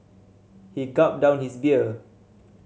he gulped down his beer